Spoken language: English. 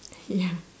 ya